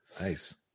nice